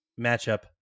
matchup